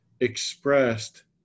expressed